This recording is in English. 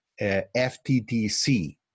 FTTC